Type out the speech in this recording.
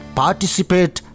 participate